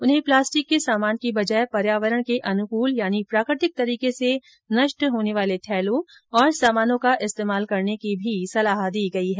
उन्हें प्लास्टिक के सामान की बजाय पर्यावरण के अनुकूल यानी प्राकृतिक तरीके से नष्ट होने वाले थैलों और सामानों का इस्तेमाल करने की भी सलाह दी गई है